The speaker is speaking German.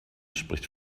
spricht